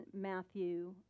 Matthew